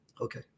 okay